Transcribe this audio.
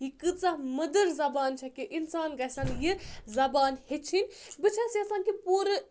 یہِ کۭژاہ مٔدٕر زَبان چھَ کہِ اِنسان گژھن یہِ زبان ہیٚچھِنۍ بہٕ چھَس یَژھان کہِ پوٗرٕ